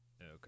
okay